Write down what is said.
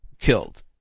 killed